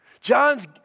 John's